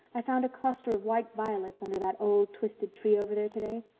i found a cluster of white violets under that old twisted tree over there today?